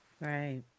Right